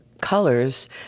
colors